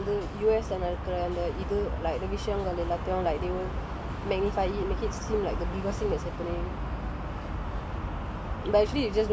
நெனைக்குரன் அதனாலயே:nenaikkuran athanaalaye like செல நேரத்துல வந்து:sela nerathula vanthu U_S lah நடக்குற அந்த இது:nadakkura antha ithu like the விசயங்கள் எல்லாத்தையும்:visayankal ellathayum like they will magnify it make it seems like the biggest scene is happening